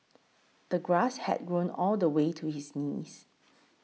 the grass had grown all the way to his knees